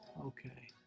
Okay